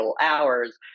hours